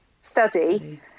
study